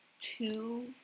two